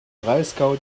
breisgau